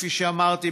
כפי שאמרתי,